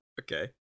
okay